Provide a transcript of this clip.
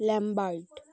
lambert